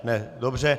Ne, dobře.